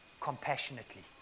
compassionately